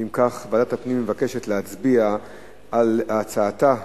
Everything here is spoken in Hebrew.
אם כך, ועדת הפנים מבקשת להצביע על הצעתה,